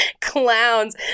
clowns